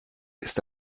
ist